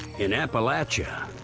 in appalachia,